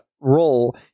role